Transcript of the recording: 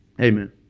Amen